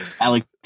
Alex